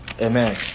Amen